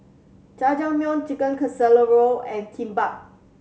Jajangmyeon Chicken Casserole and Kimbap